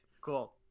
cool